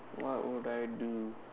what would I do